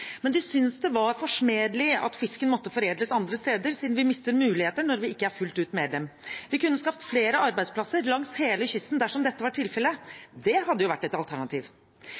Men de syntes det var forsmedelig at fisken måtte foredles andre steder, siden vi mister muligheter når vi ikke er medlem fullt ut. Vi kunne skapt flere arbeidsplasser langs hele kysten dersom dette var tilfellet, det hadde jo vært et alternativ.